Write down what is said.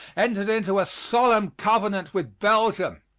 entered into a solemn covenant with belgium.